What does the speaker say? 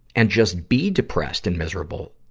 and just be depressed and miserable,